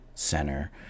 center